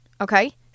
Okay